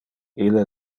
ille